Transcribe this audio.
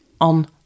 on